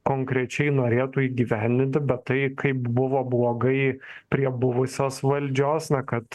konkrečiai norėtų įgyvendinti bet tai kaip buvo blogai prie buvusios valdžios na kad